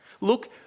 look